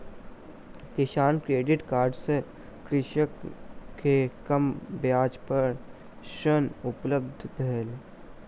किसान credit card सँ कृषक के कम ब्याज पर ऋण उपलब्ध भेल